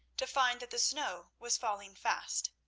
to find that the snow was falling fast.